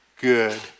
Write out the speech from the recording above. good